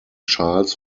charles